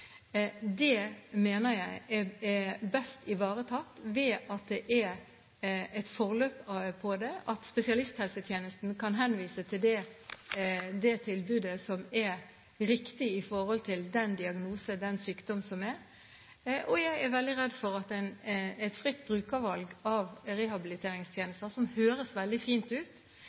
Det mener jeg er best ivaretatt ved at det er et forløp på det – at spesialisthelsetjenesten kan henvise til det tilbudet som er riktig når det gjelder den aktuelle diagnosen eller sykdommen. Jeg er veldig redd for at et fritt brukervalg av rehabiliteringstjenester – som høres veldig fint ut